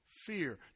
fear